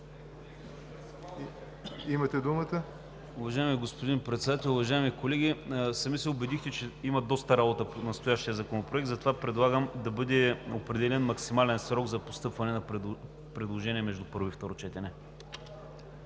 (ОП): Уважаеми господин Председател, уважаеми колеги! Сами се убедихте, че има доста работа по настоящия законопроект, затова предлагам да бъде определен максимален срок за постъпване на предложения между първо и второ четене.